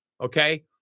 Okay